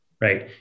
right